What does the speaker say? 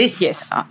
yes